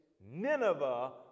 Nineveh